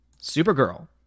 Supergirl